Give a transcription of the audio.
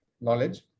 knowledge